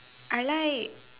I like